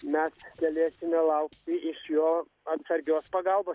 mes galėsime laukti iš jo atsargios pagalbos